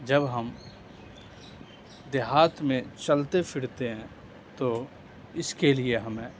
جب ہم دیہات میں چلتے پھرتے ہیں تو اس کے لیے ہمیں